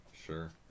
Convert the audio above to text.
Sure